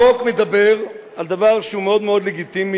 החוק מדבר על דבר שהוא מאוד מאוד לגיטימי: